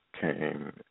came